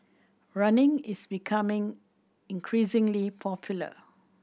running is becoming increasingly popular